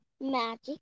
Magic